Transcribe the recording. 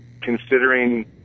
considering